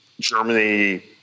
Germany